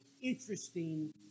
interesting